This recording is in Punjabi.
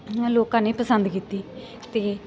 ਇਹਨਾਂ ਲੋਕਾਂ ਨੇ ਪਸੰਦ ਕੀਤੀ ਅਤੇ